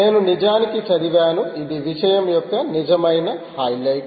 నేను నిజానికి చదివాను ఇది విషయం యొక్క నిజమైన హైలైట్